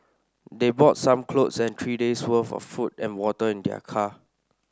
they brought some clothes and three days worth of food and water in their car